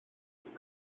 του